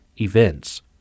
events